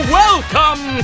welcome